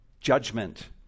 judgment